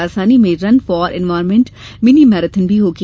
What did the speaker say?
राजधानी में run for environment mini marathon भी होगी